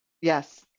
Yes